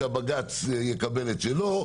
שהבג"ץ יקבל את שלו,